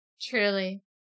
Truly